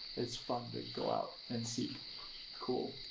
it's fun to go out, and seek cool,